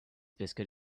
biscuit